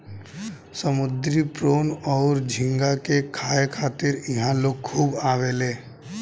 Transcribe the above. समुंद्री प्रोन अउर झींगा के खाए खातिर इहा लोग खूब आवेले